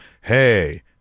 hey